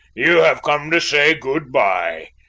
you have come to say goodbye.